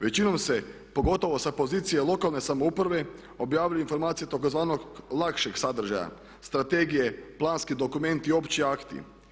Većinom se pogotovo sa pozicije lokalne samouprave objavljuju informacije tzv. lakšeg sadržaja, strategije, planski dokumenti, opći akti.